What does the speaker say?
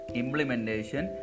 implementation